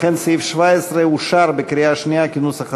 לכן סעיף 17 אושר בקריאה שנייה כנוסח הוועדה.